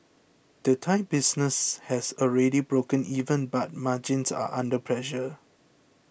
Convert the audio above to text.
the Thai business has already broken even but margins are under pressure